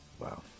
Wow